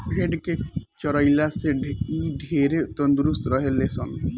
भेड़ के चरइला से इ ढेरे तंदुरुस्त रहे ले सन